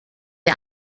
wir